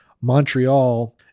Montreal